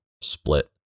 split